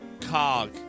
cog